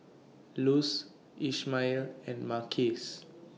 Luz Ishmael and Marquise